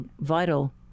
vital